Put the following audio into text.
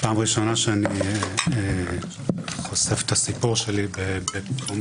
פעם ראשונה שאני חושף את הסיפור שלי בפומבי,